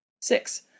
six